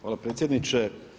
Hvala predsjedniče.